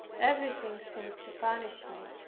everything seemed to punish me,